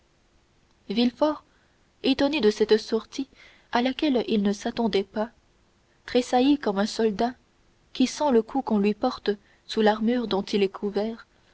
villefort étonné de cette sortie à laquelle il ne s'attendait pas tressaillit comme un soldat qui sent le coup qu'on lui porte sous l'armure dont il est